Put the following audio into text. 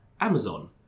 Amazon